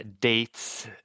dates